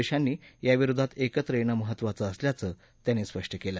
देशांनी याविरोधात एकत्र येणं महत्त्वाचं असल्याचं त्यांनी सांगितलं